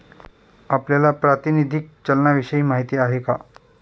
आपल्याला प्रातिनिधिक चलनाविषयी माहिती आहे का?